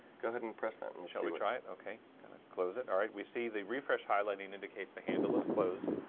go ahead and press enter. shall we try it? okay gonna close it. all right. we see the refresh highlighting indicates the handle is closed.